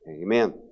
Amen